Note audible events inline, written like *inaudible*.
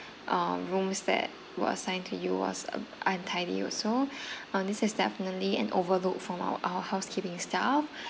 uh rooms that were assigned to you was untidy also *breath* uh this is definitely an overlooked from our our housekeeping staff